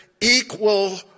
equal